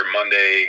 Monday